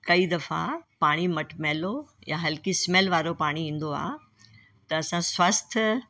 कई दफ़ा पाणी मटमेलो या हलकी स्मैल वारो पाणी ईंदो आहे त असां स्वस्थ